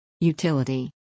Utility